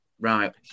right